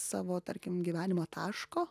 savo tarkim gyvenimo taško